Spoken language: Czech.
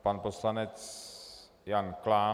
Pan poslanec Jan Klán.